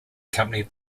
company